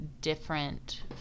different